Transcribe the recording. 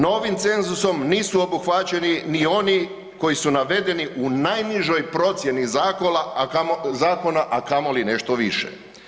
Novim cenzusom nisu obuhvaćeni ni oni koji su navedeni u najnižoj procjeni zakona a kamoli nešto više.